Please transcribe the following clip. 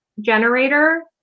generator